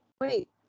Wait